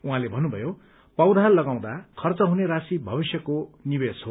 उहाँले भन्नुभयो पौषा लगाउँदा खर्च हुने राशी भविष्यको निवेश हो